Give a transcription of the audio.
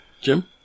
Jim